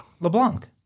LeBlanc